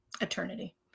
Eternity